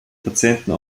patienten